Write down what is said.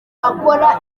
akora